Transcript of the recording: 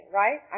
right